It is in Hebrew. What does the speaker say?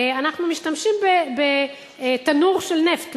אנחנו משתמשים בתנור נפט,